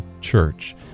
Church